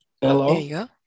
hello